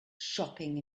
shopping